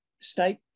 State